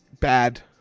Bad